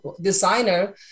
designer